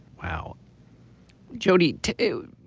wow jody too